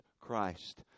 Christ